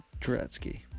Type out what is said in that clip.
Turetsky